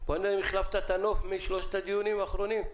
נראה אם החלפת את הנוף משלושת הדיונים האחרונים.